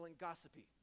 gossipy